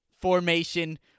formation